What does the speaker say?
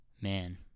man